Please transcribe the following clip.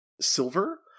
silver